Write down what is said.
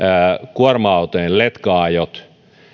kuorma autojen letka ajot